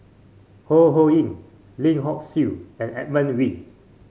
Ho Ho Ying Lim Hock Siew and Edmund Wee